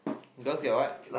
does get what